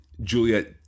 Juliet